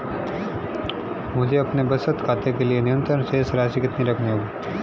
मुझे अपने बचत खाते के लिए न्यूनतम शेष राशि कितनी रखनी होगी?